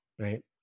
Right